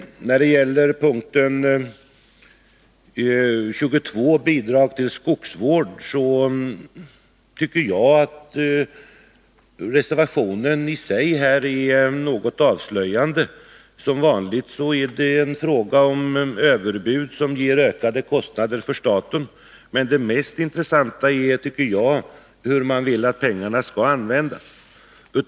När det gäller punkten 22 Bidrag till skogsvård m.m. tycker jag att reservationen i sig är något avslöjande. Som vanligt är det fråga om överbud som ger ökade kostnader för staten. Men det mest intressanta är enligt min mening hur man vill att pengarna skall användas.